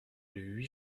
huit